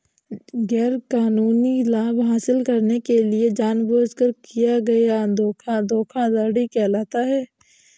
गैरकानूनी लाभ हासिल करने के लिए जानबूझकर किया गया धोखा धोखाधड़ी कहलाता है